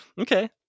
Okay